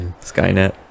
Skynet